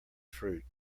fruit